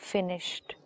Finished